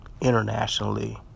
internationally